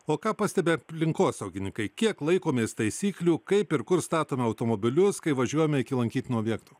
o ką pastebi aplinkosaugininkai kiek laikomės taisyklių kaip ir kur statome automobilius kai važiuojame iki lankytinų objektų